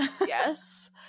Yes